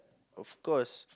of course